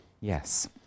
Yes